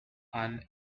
the